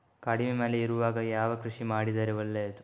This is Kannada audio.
ಕಡಿಮೆ ಮಳೆ ಇರುವಾಗ ಯಾವ ಕೃಷಿ ಮಾಡಿದರೆ ಒಳ್ಳೆಯದು?